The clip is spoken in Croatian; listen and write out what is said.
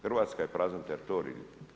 Hrvatska je prazan teritorij.